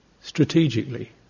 strategically